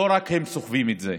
לא רק הם סוחבים את זה.